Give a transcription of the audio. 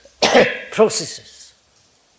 processes